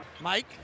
Mike